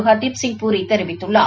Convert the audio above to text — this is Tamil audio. ஹர்தீப்சிங் பூரி தெரிவித்துள்ளார்